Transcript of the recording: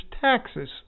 taxes